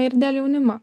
ir dėl jaunimo